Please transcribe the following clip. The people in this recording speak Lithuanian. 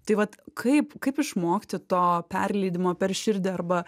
tai vat kaip kaip išmokti to perleidimo per širdį arba